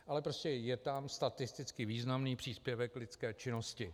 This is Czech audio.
Ale je tam statisticky významný příspěvek lidské činnosti.